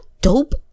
dope